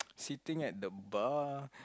sitting at the bar